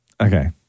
Okay